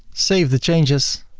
save the changes.